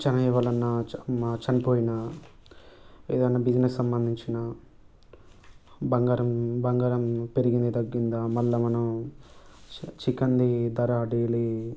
చెన్నై వలన చనిపోయిన ఏదైనా బిజినెస్ సంబంధించిన బంగారం బంగారం పెరిగిందా తగ్గిందా మళ్ళా మనం చికెన్ది ధర డెయిలీ